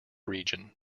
region